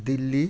Delhi